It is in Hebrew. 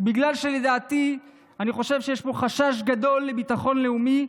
ובגלל שלדעתי אני חושב שיש פה חשש גדול לביטחון לאומי,